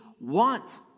want